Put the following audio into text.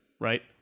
right